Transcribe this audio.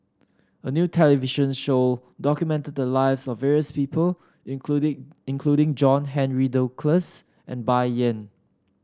a new television show documented the lives of various people including including John Henry Duclos and Bai Yan